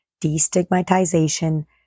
destigmatization